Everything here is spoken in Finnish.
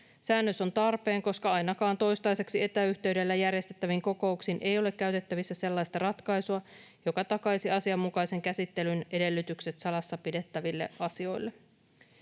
Säännös on tarpeen, koska ainakaan toistaiseksi etäyhteydellä järjestettäviin kokouksiin ei ole käytettävissä sellaista ratkaisua, joka takaisi asianmukaisen käsittelyn edellytykset salassa pidettäville asioille.